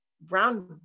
brown